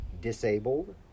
disabled